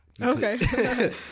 Okay